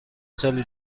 خیلی